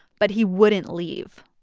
but he wouldn't leave.